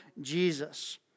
Jesus